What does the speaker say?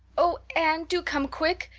oh, anne, do come quick,